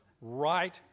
right